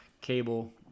cable